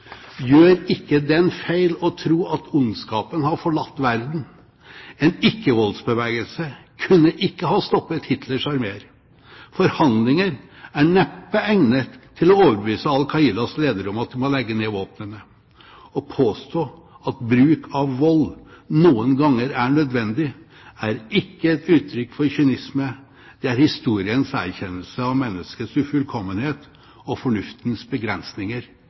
Gjør ikke den feil å tro at ondskapen har forlatt verden. En ikkevoldsbevegelse kunne ikke stoppet Hitlers armeer. Forhandlinger er neppe egnet til å overbevise Al Qaidas ledere om at de må legge ned våpnene. Å påstå at bruk av vold noen ganger er nødvendig, er ikke et uttrykk for kynisme; det er historiens erkjennelse av menneskets ufullkommenhet og fornuftens begrensninger.»